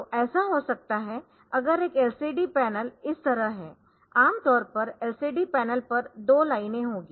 तो ऐसा हो सकता है अगर एक LCD पैनल इस तरह है आम तौर पर LCD पैनल पर 2 लाइनें होंगी